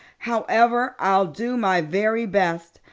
however, i'll do my very best.